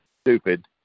stupid